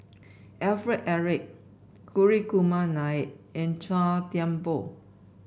Alfred Eric Hri Kumar Nair and Chua Thian Poh